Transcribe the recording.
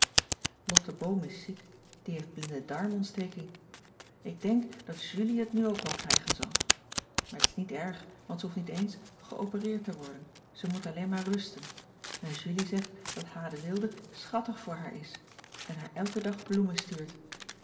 ik denk dat julie het nu ook wel krijgen zal maar t is niet erg want ze hoeft niet eens geopereerd te worden ze moet alleen maar rusten en julie zegt dat h de wilde schattig voor haar is en haar elken dag bloemen stuurt